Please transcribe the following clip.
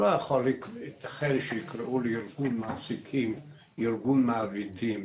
שלא ייתכן שיקראו לארגון מעסיקים ארגון מעבידים.